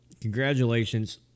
congratulations